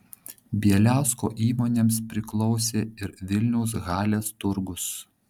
bieliausko įmonėms priklausė ir vilniaus halės turgus